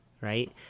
right